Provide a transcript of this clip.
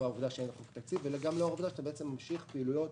העובדה שאין תקציב וגם לאור העובדה שבעצם ממשיכים פעילויות